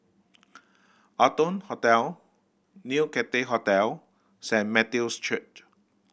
Arton Hotel New Cathay Hotel Saint Matthew's Church